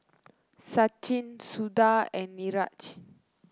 Sachin Suda and Niraj